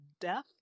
death